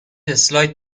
اسلاید